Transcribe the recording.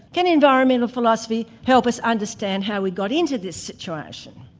can environment philosophy help us understand how we got into this situation?